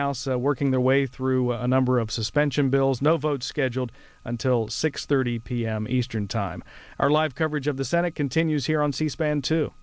house working their way through a number of suspension bills no vote scheduled until six thirty p m eastern time our live coverage of the senate continues here on c span t